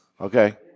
Okay